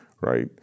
right